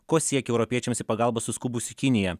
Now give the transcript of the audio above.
ko siekia europiečiams į pagalbą suskubusi kinija